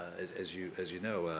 as as you as you know,